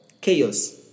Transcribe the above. chaos